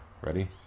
Ready